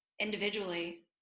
individually